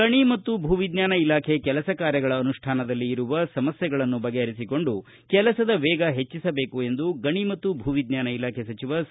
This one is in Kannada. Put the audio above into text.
ಗಣಿ ಮತ್ತು ಭೂವಿಜ್ಞಾನ ಇಲಾಖೆ ಕೆಲಸ ಕಾರ್ಯಗಳ ಅನುಷ್ಠಾನದಲ್ಲಿ ಇರುವ ಸಮಸ್ಠೆಗಳನ್ನು ಬಗೆಹರಿಸಿಕೊಂಡು ಕೆಲಸದ ವೇಗ ಹೆಚ್ಚಿಸಬೇಕು ಎಂದು ಗಣಿ ಮತ್ತು ಭೂವಿಜ್ಞಾನ ಇಲಾಖೆ ಸಚಿವ ಸಿ